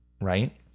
right